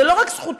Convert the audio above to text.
זו לא רק זכותנו,